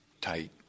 tight